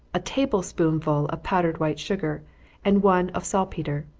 a table-spoonful of powdered white-sugar, and one of saltpetre.